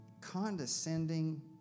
condescending